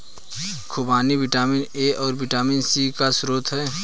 खूबानी vitamin A और vitamin C का स्रोत है